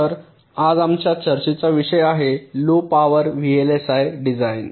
तर आज आमच्या चर्चेचा विषय आहे लो पॉवर व्हीएलएसआय डिझाइन